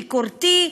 ביקורתי,